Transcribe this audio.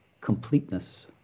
completeness